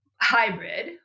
hybrid